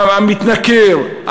המתנכר,